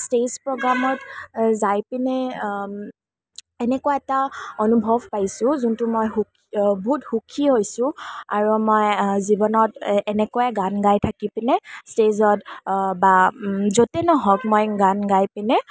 stage প্ৰ'গ্ৰামত যাই পিনে এনেকুৱা এটা অনুভৱ পাইছোঁ যোনটোত মই বহুত সুখী হৈছোঁ আৰু মই জীৱনত এ এনেকৈয়েই গান গাই থাকি পিনে ষ্টেজত বা য'তেই নহওক মই গান গাই পিনে